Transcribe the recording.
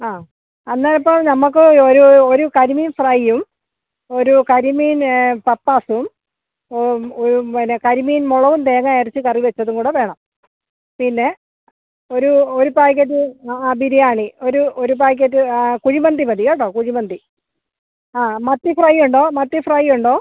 ആ അന്നരപ്പോൾ നമുക്ക് ഒരു ഒരു കരിമീൻ ഫ്രൈയ്യും ഒരു കരിമീൻ പപ്പാസും പിന്നെ കരിമീൻ മുളകും തേങ്ങ അരച്ച് കറി വെച്ചതും കൂടെ വേണം പിന്നെ ഒരു ഒരു പായ്ക്കറ്റ് ബിരിയാണി ഒരു ഒരു പായ്ക്കറ്റ് കുഴിമന്തി മതി കേട്ടൊ കുഴിമന്തി ആ മത്തി ഫ്രൈ ഉണ്ടോ മത്തി ഫ്രൈയ്യുണ്ടോ